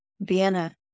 Vienna